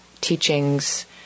teachings